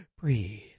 Breathe